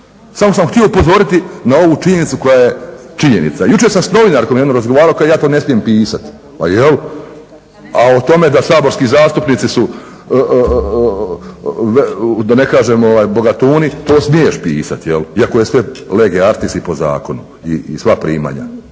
samo sam htio upozoriti na ovu činjenicu koja je činjenica. Jučer sam s novinarkom jednom razgovarao kaže ja to ne smijem pisati. A jel'? A o tome da saborski zastupnici su da ne kažem bogatuni to smiješ pisat jel' iako je sve lege artis i po zakonu i sva primanja.